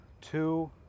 two